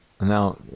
Now